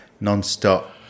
non-stop